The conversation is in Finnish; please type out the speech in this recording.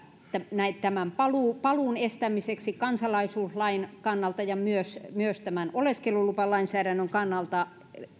tämän paluun paluun estämiseksi kansalaisuuslain kannalta että myös tämän oleskelulupalainsäädännön kannalta